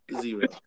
zero